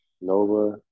Nova